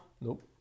Nope